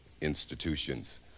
institutions